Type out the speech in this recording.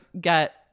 get